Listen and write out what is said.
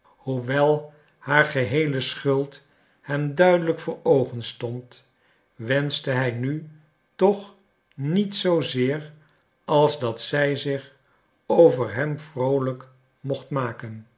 hoewel haar geheele schuld hem duidelijk voor oogen stond wenschte hij nu toch niets zoozeer als dat zij zich over hem vroolijk mocht maken